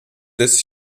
des